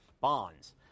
Bonds